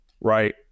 right